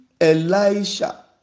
Elisha